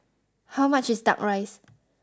how much is duck rice